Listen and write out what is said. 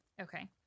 Okay